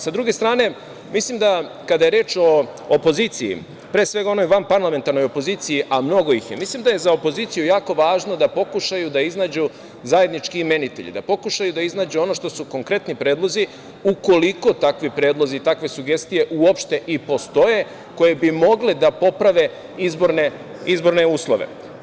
S druge strane, kada je reč o opoziciji, pre svega onoj vanparlamentarnoj opoziciji, a mnogo ih je, mislim da je za opoziciju jako važno da pokušaju da iznađu zajednički imenitelj, da pokušaju da iznađu ono što su konkretni predlozi, ukoliko takvi predlozi i takve sugestije uopšte i postoje koje bi mogle da poprave izborne uslove.